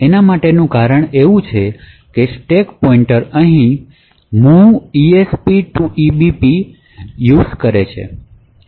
આ માટેનું કારણ એ છે કે સ્ટેક પોઇન્ટર અહીં move esp to ebp પર છે